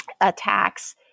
attacks